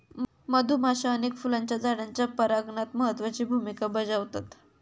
मधुमाश्या अनेक फुलांच्या झाडांच्या परागणात महत्त्वाची भुमिका बजावतत